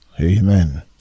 Amen